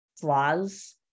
flaws